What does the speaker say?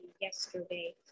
yesterday